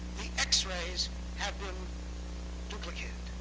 the x-rays had been duplicated.